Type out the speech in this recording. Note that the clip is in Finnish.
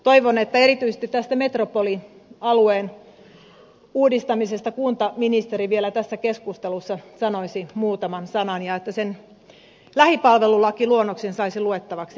toivon että erityisesti tästä metropolialueen uudistamisesta kuntaministeri vielä tässä keskustelussa sanoisi muutaman sanan ja että sen lähipalvelulakiluonnoksen saisi luettavaksi edustaja kiviniemi